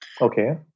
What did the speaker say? okay